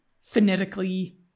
phonetically